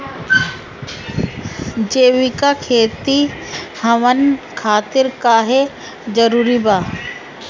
जैविक खेती हमन खातिर काहे जरूरी बा?